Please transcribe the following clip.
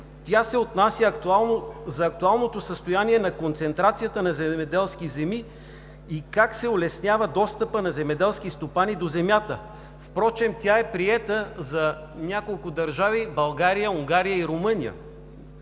тя се отнася за актуалното състояние на концентрацията на земеделски земи и как се улеснява достъпът на земеделски стопани до земята. Впрочем, тя е приета за няколко държави – България, Унгария и Румъния.